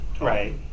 Right